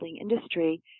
industry